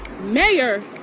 mayor